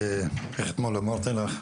איך אתמול אמרתי לך?